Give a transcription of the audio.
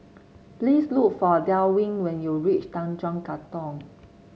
please look for Delwin when you reach Tanjong Katong